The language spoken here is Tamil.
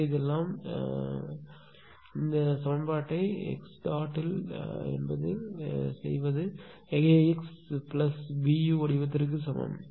எனவே இதெல்லாம் பிறகு நாம் இந்த சமன்பாட்டை x dot இல் என்பது AxBu வடிவத்திற்கு சமம்